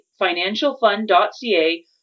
financialfund.ca